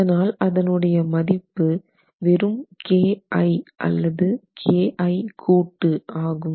அதனால் அதனுடைய மதிப்பு வெறும் Ki அல்லது Ki கூட்டு ஆகும்